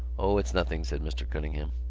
o, it's nothing, said mr. cunningham.